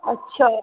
अच्छा